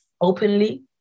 openly